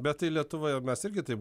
bet lietuvoje mes irgi taip